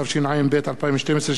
התשע"ב 2012,